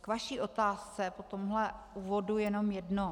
K vaší otázce po tomhle úvodu jenom jedno.